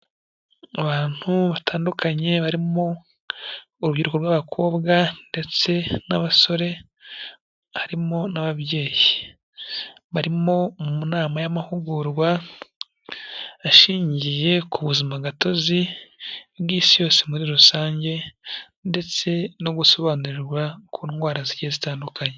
Mu bantu batandukanye barimo urubyiruko rw'abakobwa ndetse n'abasore, harimo n'ababyeyi, barimo mu nama y'amahugurwa ashingiye ku buzima gatozi bw'isi yose muri rusange ndetse no gusobanurirwa ku ndwara zigiye zitandukanye.